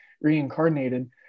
reincarnated